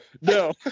no